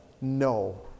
No